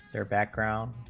or background